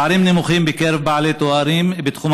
הפערים נמוכים בקרב בעלי תארים בתחום